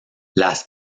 las